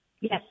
Yes